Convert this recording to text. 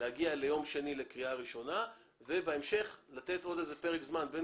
ולהגיע ביום שני לקריאה ראשונה ובהמשך לתת עוד איזה פרק זמן בין